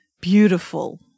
beautiful